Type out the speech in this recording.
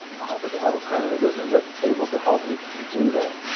i happen to have a friend in the business that's able to help me do that.